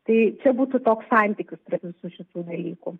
tai čia būtų toks santykis prie visų šitų dalykų